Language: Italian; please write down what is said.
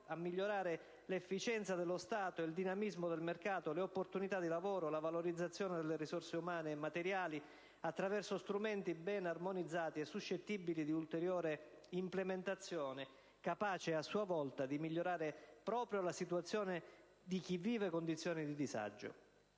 a migliorare l'efficienza dello Stato, il dinamismo del mercato, le opportunità di lavoro, la valorizzazione delle risorse umane e materiali, attraverso strumenti ben armonizzati e suscettibili di ulteriore implementazione, capace, a sua volta, di migliorare proprio la situazione di chi vive condizioni di disagio.